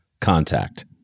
Contact